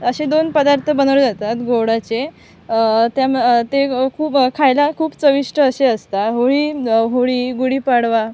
असे दोन पदार्थ बनवले जातात गोडाचे त्याम ते खूप खायला खूप चविष्ट असे असतात होळी होळी गुढीपाडवा